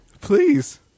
please